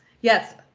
yes